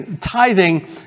tithing